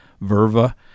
verva